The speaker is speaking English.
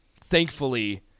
thankfully